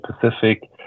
Pacific